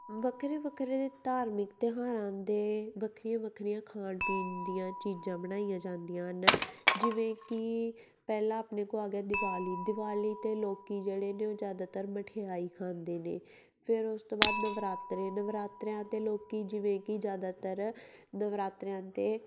ਵੱਖਰੇ ਵੱਖਰੇ ਧਾਰਮਿਕ ਤਿਉਹਾਰਾਂ ਦੇ ਵੱਖਰੀਆਂ ਵੱਖਰੀਆਂ ਖਾਣ ਪੀਣ ਦੀਆਂ ਚੀਜ਼ਾਂ ਬਣਾਈਆਂ ਜਾਂਦੀਆਂ ਹਨ ਜਿਵੇਂ ਕਿ ਪਹਿਲਾਂ ਆਪਣੇ ਕੋਲ ਆ ਗਿਆ ਦਿਵਾਲੀ ਦਿਵਾਲੀ 'ਤੇ ਲੋਕ ਜਿਹੜੇ ਨੇ ਉਹ ਜ਼ਿਆਦਾਤਰ ਮਠਿਆਈ ਖਾਂਦੇ ਨੇ ਫਿਰ ਉਸ ਤੋਂ ਬਾਅਦ ਨਵਰਾਤਰੇ ਨਵਰਾਤਰਿਆਂ 'ਤੇ ਲੋਕ ਜਿਵੇਂ ਕਿ ਜ਼ਿਆਦਾਤਰ ਨਵਰਾਤਰਿਆਂ 'ਤੇ